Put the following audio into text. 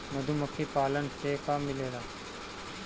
मधुमखी पालन से का मिलेला?